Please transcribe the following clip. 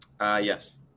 Yes